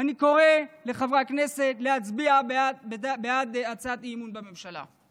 אני קורא לחברי הכנסת להצביע בעד הצעת האי-אמון בממשלה.